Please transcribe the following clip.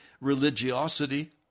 religiosity